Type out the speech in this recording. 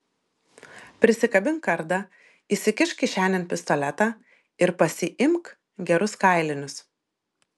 prisikabink kardą įsikišk kišenėn pistoletą ir pasiimk gerus kailinius